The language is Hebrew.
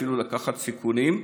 אפילו לקחת סיכונים.